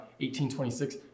1826